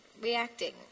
reacting